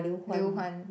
Liu-Huan